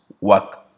work